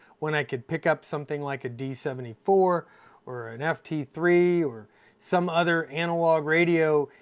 when i could pick up something like a d seven four or an f t three, or some other analog radio,